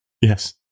Yes